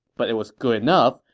but it was good enough,